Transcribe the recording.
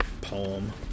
poem